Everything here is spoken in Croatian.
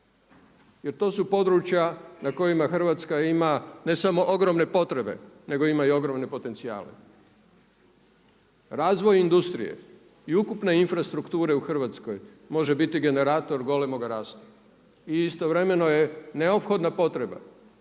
Jer to su područja na kojima Hrvatska ima ne samo ogromne potrebe nego ima i ogromne potencijale. Razvoj industrije i ukupne infrastrukture u Hrvatskoj može biti generator golemog rasta i istovremeno je neophodna potreba